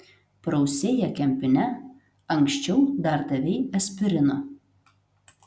prausei ją kempine anksčiau dar davei aspirino